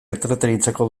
entretenitzeko